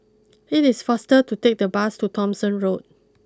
it is faster to take the bus to Thomson Road